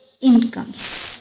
incomes